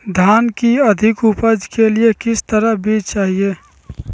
धान की अधिक उपज के लिए किस तरह बीज चाहिए?